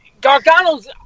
Gargano's